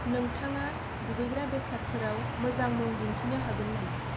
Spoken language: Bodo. नोंथाङा दुगैग्रा बेसादफोराव मोजां मुं दिन्थिनो हागोन नामा